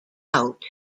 out